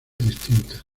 distintas